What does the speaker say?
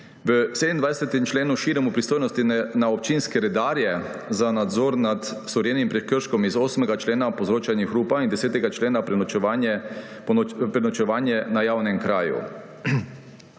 V 27. členu širimo pristojnosti na občinske redarje za nadzor nad storjenim prekrškom iz 8. člena – povzročanje hrupa in 10. člena – prenočevanje na javnem kraju.